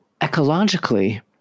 ecologically